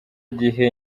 gihe